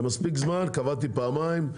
זה מספיק זמן, קבעתי פעמיים.